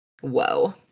Whoa